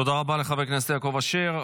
תודה רבה לחבר הכנסת יעקב אשר.